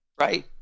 right